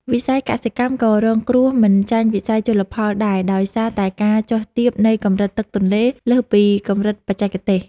វិស័យកសិកម្មក៏រងគ្រោះមិនចាញ់វិស័យជលផលដែរដោយសារតែការចុះទាបនៃកម្រិតទឹកទន្លេលើសពីកម្រិតបច្ចេកទេស។